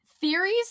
theories